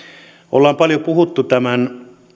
ollaan paljon puhuttu tämän